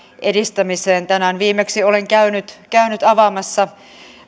edistämiseksi tänään viimeksi olen käynyt käynyt avaamassa